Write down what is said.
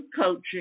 coaching